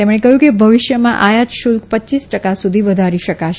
તેમણે કહ્યું હતું ભવિષ્યમાં આયાત શુલ્ક પચ્ચીસ ટકા સુધી વધારી શકાશે